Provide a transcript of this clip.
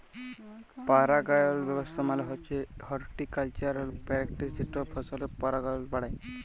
পারাগায়ল ব্যাবস্থা মালে হছে হরটিকালচারাল প্যারেকটিস যেট ফসলের পারাগায়ল বাড়ায়